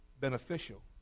Beneficial